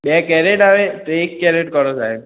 બે કેરેટ આવે તો એક કેરેટ કરો સાહેબ